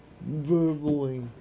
verbally